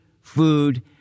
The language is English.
food